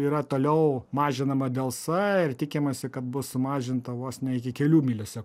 yra toliau mažinama delsa ir tikimasi kad bus sumažinta vos ne iki kelių milisekundžių